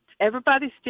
Everybody's